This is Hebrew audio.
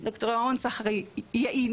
ד״ר רון סחר יעיד.